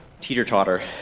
teeter-totter